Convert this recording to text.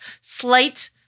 slight